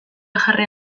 jarri